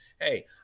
hey